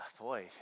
Boy